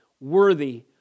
worthy